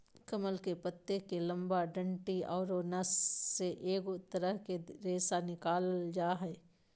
कमल के पत्तो के लंबा डंडि औरो नस से एगो तरह के रेशा निकालल जा हइ